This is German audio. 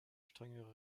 strengere